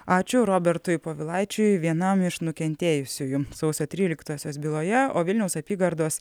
ačiū robertui povilaičiui vienam iš nukentėjusiųjų sausio tryliktosios byloje o vilniaus apygardos